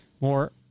more